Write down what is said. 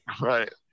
right